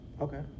Okay